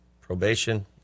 probation